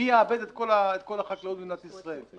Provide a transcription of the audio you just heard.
מי יעבד את כל החקלאות במדינת ישראל?